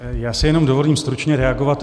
Jenom si dovolím stručně reagovat.